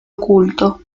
oculto